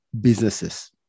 businesses